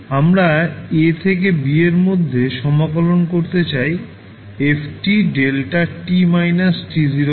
আমরা a থেকে b এর মধ্যে সমাকলন করতে চাই f δt − t0 কে